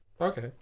Okay